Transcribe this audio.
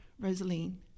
Rosaline